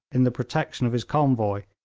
in the protection of his convoy,